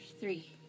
three